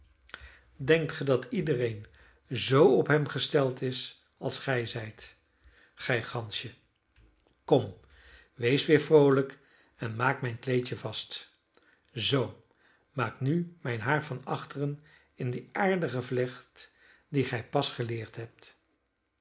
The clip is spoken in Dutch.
denkt ge dat iedereen zoo op hem gesteld is als gij zijt gij gansje kom wees weer vroolijk en maak mijn kleedje vast zoo maak nu mijn haar van achteren in die aardige vlecht die gij pas geleerd hebt